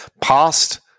Past